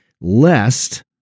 lest